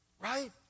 right